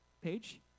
page